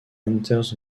enters